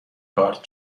کارت